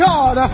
God